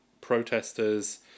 protesters